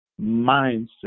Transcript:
mindset